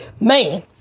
Man